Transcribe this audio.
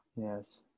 Yes